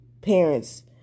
parent's